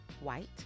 White